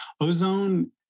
ozone